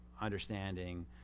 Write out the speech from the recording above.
understanding